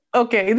okay